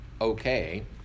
okay